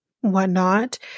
whatnot